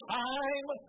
time